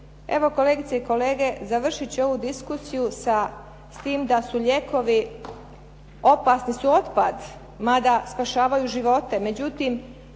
Evo kolegice i kolege, završit ću ovu diskusiju s tim da su lijekovi opasni otpad mada spašavaju živote,